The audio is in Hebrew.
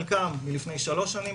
חלקם מלפני שלוש שנים,